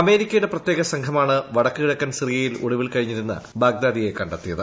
അമേരിക്കയുടെ പ്രത്യേക സംഘമാണ് വടക്കു കിഴക്കൻ സിറിയയിൽ ഒളിവിൽ കഴിഞ്ഞിരുന്ന ബാഗ്ദാദിയെ കണ്ടെത്തിയത്